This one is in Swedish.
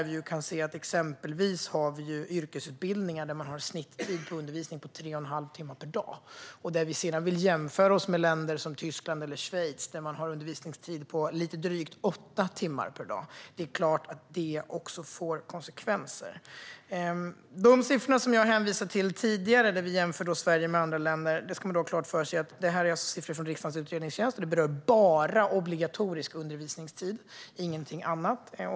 Vi kan se att vi exempelvis har yrkesutbildningar där man har en snittid på tre och en halv timmes undervisning per dag. Jämfört med länder som Tyskland eller Schweiz, där man har en undervisningstid på lite drygt åtta timmar per dag, är det klart att detta får konsekvenser. När det gäller de siffror jag hänvisade till tidigare, där vi alltså jämför Sverige med andra länder, ska man ha klart för sig att det är siffror från riksdagens utredningstjänst. De berör bara obligatorisk undervisningstid och ingenting annat.